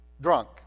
drunk